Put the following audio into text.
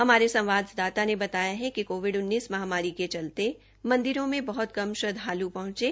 हमारे संवाददाता ने बताया कि कोविड महामारी के चलते मंदिरों में बहत कम श्रद्वाल् पहंचे